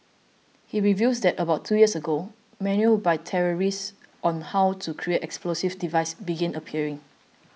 he reveals that about two years ago manuals by terrorists on how to create explosive devices began appearing